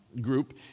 Group